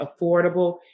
affordable